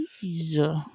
Jesus